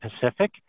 Pacific